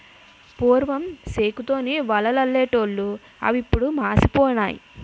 పూర్వం సేకు తోని వలలల్లెటూళ్లు అవిప్పుడు మాసిపోనాయి